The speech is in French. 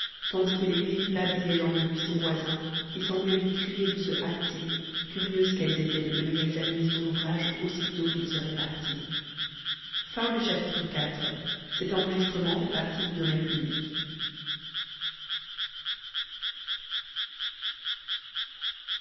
tandis que les grives babillaient dans le buisson voisin et semblaient lui crier de se hâter curieuses qu'elles étaient de venir examiner son ouvrage aussitôt qu'il serait parti